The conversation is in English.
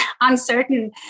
uncertain